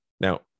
Now